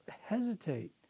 hesitate